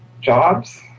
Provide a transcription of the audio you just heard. jobs